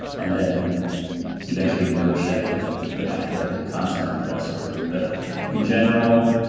and then eventually merge that with the actual content of that story. but in general,